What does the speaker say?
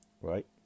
Right